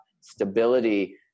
stability